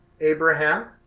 Abraham